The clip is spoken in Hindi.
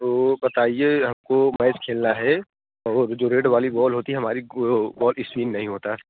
वह बताइए हमको मैच खेलना है वह जो रेड वाली बॉल होती हमारी बॉल स्पिन नहीं होता है